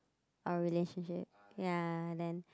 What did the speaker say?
our relationship ya then